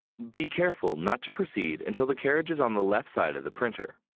be careful not to proceed until the carriage is on the left side of the printer.